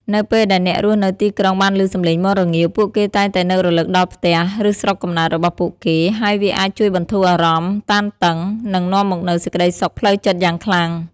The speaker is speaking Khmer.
នៅពេលដែលអ្នករស់នៅទីក្រុងបានឮសំឡេងមាន់រងាវ ពួកគេតែងតែនឹករលឹកដល់ផ្ទះ ឬស្រុកកំណើតរបស់ពួកគេ ហើយវាអាចជួយបន្ធូរអារម្មណ៍តានតឹង និងនាំមកនូវសេចក្តីសុខផ្លូវចិត្តយ៉ាងខ្លាំង។